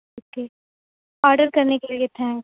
okay order کرنے کے لیے تھینک